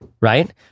right